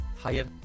higher